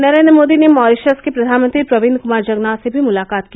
नरेन्द्र मोदी ने मॉरीश्रस के प्रधानमंत्री प्रविन्द कुमार जगनॉथ से भी मुलाकात की